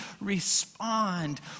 respond